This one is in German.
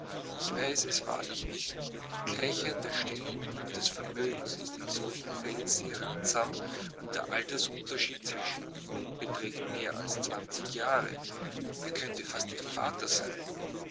ich weiß es wahrlich nicht gleichheit der stellung und des vermögens ist in solchen fällen sehr ratsam und der altersunterschied zwischen ihnen beträgt mehr als zwanzig jahre er könnte fast ihr vater sein